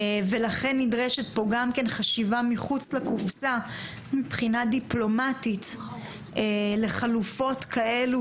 ולכן נדרשת פה גם כן חשיבה מחוץ לקופסה מבחינה דיפלומטית לחלופות כאלו